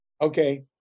Okay